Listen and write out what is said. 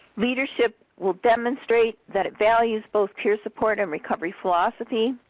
leadership will demonstrate that it values both peer support and recovery philosophy,